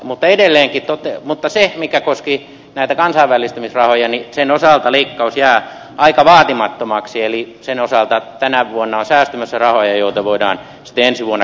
mutta sen osalta mikä koski näitä kansainvälistymisrahoja leikkaus jää aika vaatimattomaksi eli sen osalta tänä vuonna on säästymässä rahoja joita voidaan sitten ensi vuonna käyttää